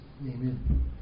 Amen